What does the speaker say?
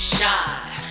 Shine